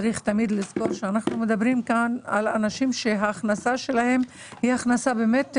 צריך תמיד לזכור שאנחנו מדברים כאן על אנשים שהכנסתם באמת מועטה,